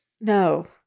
no